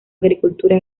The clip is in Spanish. agricultura